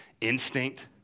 instinct